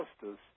justice